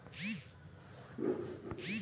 Market committee సమావేశంలో join అవ్వడం ఎలా?